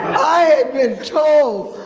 i had been told,